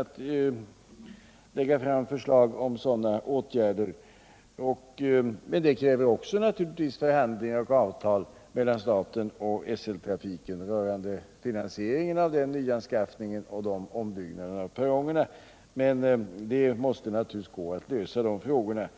att lägga fram förslag om sådana åtgärder. Men det kräver naturligtvis också förhandlingar och avtal mellan staten och SL rörande finansieringen av denna nyanskaffning och ombyggnaden av perrongerna. Men det måste naturligtvis gå att lösa de frågorna.